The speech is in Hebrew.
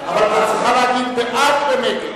אבל את צריכה להגיד בעד או נגד.